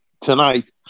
Tonight